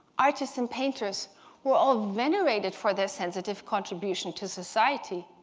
artists, and painters were all venerated for their sensitive contribution to society.